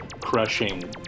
crushing